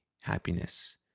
happiness